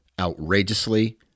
outrageously